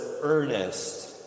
earnest